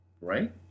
Right